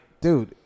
dude